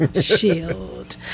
Shield